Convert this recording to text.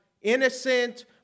innocent